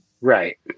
right